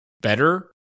better